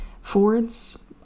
Ford's